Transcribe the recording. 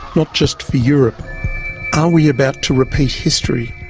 not just for europe are we about to repeat history?